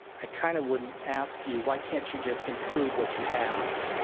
i kind of would ask you why can't you just improve what you have?